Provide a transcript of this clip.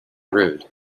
rude